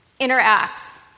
interacts